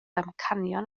amcanion